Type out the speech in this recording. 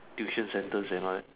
tuition centre and then like